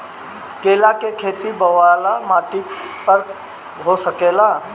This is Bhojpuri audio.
केला के खेती बलुआ माटी पर हो सकेला का?